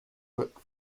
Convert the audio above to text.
book